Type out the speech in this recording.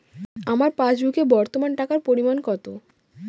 আমার পাসবুকে বর্তমান টাকার পরিমাণ কত?